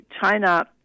China